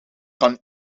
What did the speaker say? kan